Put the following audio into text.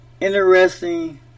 interesting